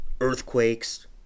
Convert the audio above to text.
Earthquakes